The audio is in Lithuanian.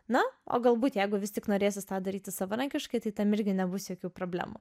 na o galbūt jeigu vis tik norėsit tą daryti savarankiškai tai tam irgi nebus jokių problemų